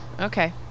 Okay